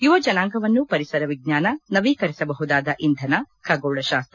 ಯುವ ಜನಾಂಗವನ್ನು ಪರಿಸರ ವಿಜ್ವಾನ ನವೀಕರಿಸಬಹುದಾದ ಇಂಧನ ಖಗೋಳಶಾಸ್ತ್ರ